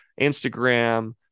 Instagram